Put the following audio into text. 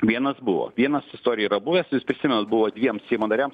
vienas buvo vienas istorijoj yra buvęs jūs prisimenat buvo dviem seimo nariam